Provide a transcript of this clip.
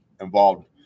involved